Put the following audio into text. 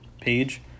page